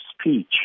speech